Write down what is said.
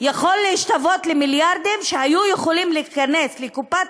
יכול להשתוות למיליארדים שהיו יכולים להיכנס לקופת